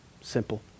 simple